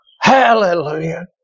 Hallelujah